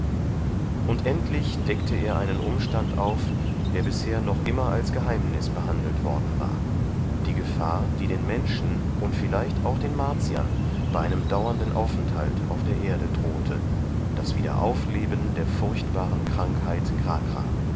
und endlich deckte er einen umstand auf der bisher noch immer als geheimnis behandelt worden war die gefahr die den menschen und vielleicht auch den martiern bei einem dauernden aufenthalt auf der erde drohte das wiederaufleben der furchtbaren krankheit